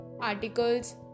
articles